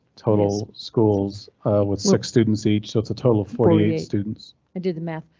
total schools with six students each, so it's a total of forty eight students. i did the math.